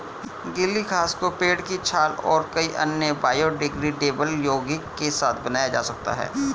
गीली घास को पेड़ की छाल और कई अन्य बायोडिग्रेडेबल यौगिक के साथ बनाया जा सकता है